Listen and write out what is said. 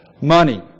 Money